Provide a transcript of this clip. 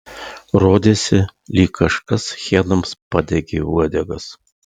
rodėsi lyg kažkas hienoms padegė uodegas